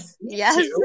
Yes